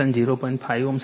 5 Ω આપેલ છે